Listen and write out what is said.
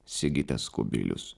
sigitas kubilius